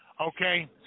Okay